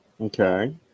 Okay